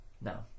No